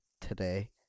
today